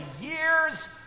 year's